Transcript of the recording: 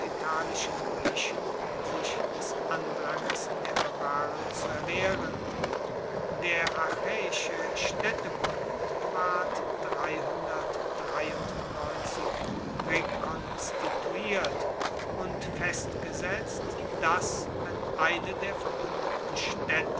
unteritalischen griechen sich des andranges der barbaren zu erwehren der achaeische staedtebund ward re konstituiert und festgesetzt dass wenn eine der verbuendeten staedte